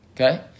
Okay